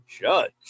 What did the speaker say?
Judge